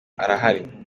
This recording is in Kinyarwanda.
arahari